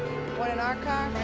one in our car?